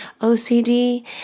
OCD